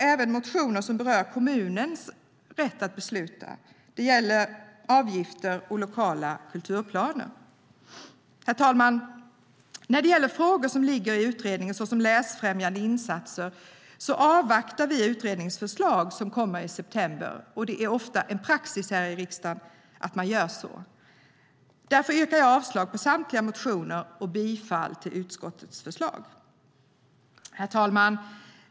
Även motioner som berör kommunernas rätt att besluta kan avslås. Det gäller avgifter och lokala kulturplaner. Herr talman! När det gäller frågor som ligger i utredning såsom läsfrämjande insatser avvaktar vi utredningens förslag som kommer i september. Det är praxis här i riksdagen att man gör så. Därför yrkar jag avslag på samtliga motioner och bifall till utskottets förslag. Herr talman!